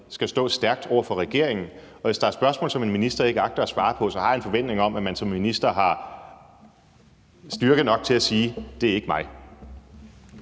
skal stå stærkt over for regeringen. Og hvis der er spørgsmål, som en minister ikke agter at svare på, har jeg en forventning om, at man som minister har styrke nok til at sige: Det er ikke mig.